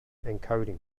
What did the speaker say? encoding